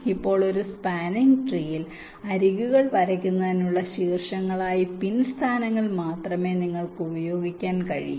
ഇപ്പോൾ ഒരു സ്പാനിങ് ട്രീയിൽ അരികുകൾ വരയ്ക്കുന്നതിനുള്ള ശീർഷങ്ങളായി പിൻ സ്ഥാനങ്ങൾ മാത്രമേ നിങ്ങൾക്ക് ഉപയോഗിക്കാൻ കഴിയൂ